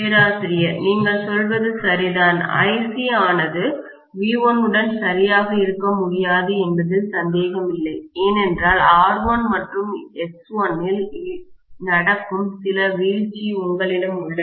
பேராசிரியர் நீங்கள் சொல்வது சரிதான் IC ஆனது V1 உடன் சரியாக இருக்க முடியாது என்பதில் சந்தேகமில்லைஏனென்றால் R1 மற்றும் X1 இல் நடக்கும் சில வீழ்ச்சி உங்களிடம் உள்ளது